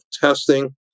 testing